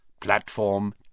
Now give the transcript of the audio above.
platform